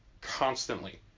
constantly